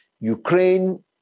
Ukraine